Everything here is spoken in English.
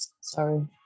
sorry